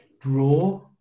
draw